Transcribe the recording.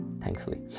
thankfully